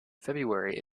february